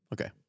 Okay